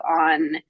on